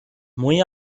muy